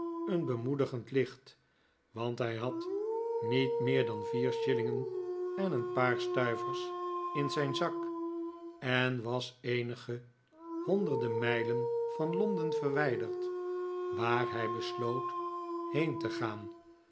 een bemoedigend licht want hij had niet meer dan vier shillingen en een paar stuivers in zijn zak en was eenige honderden mijlen van londen verwijderd waar hij besloot heen te gaan